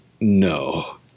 no